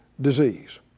disease